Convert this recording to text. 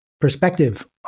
perspective